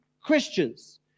Christians